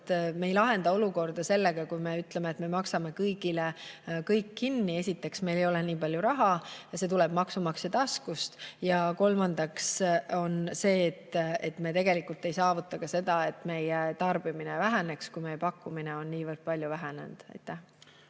me ei lahenda olukorda lihtsalt sellega, kui ütleme, et maksame kõigile kõik kinni. Esiteks, meil ei ole nii palju raha, [teiseks,] see tuleb maksumaksja taskust, ja kolmandaks, me tegelikult ei saavutaks seda, et meie tarbimine väheneb, kui meie pakkumine on niivõrd palju vähenenud. Austatud